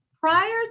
prior